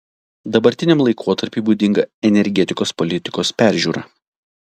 dabartiniam laikotarpiui būdinga energetikos politikos peržiūra